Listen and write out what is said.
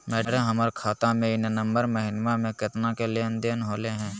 madam, हमर खाता में ई नवंबर महीनमा में केतना के लेन देन होले है